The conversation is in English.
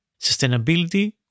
Sustainability